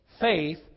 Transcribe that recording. faith